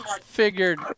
figured